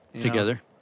Together